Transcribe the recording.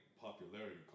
popularity